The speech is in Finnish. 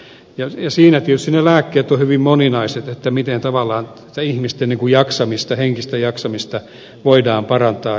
tietysti ne lääkkeet ovat hyvin moninaiset miten ihmisten henkistä jaksamista voidaan parantaa